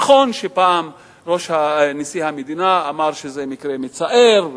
נכון שפעם נשיא המדינה אמר שזה מקרה מצער,